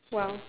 !wow!